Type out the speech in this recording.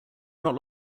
not